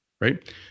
Right